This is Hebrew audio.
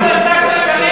אני אגיד לך בדיוק.